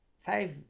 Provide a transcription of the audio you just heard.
five